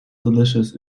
delicious